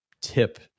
tip